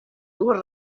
dues